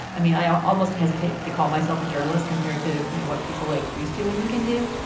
i mean i almost hesitate to call myself a journalist compared to you know what people like these two women can do.